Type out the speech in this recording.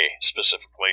specifically